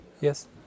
Yes